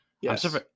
Yes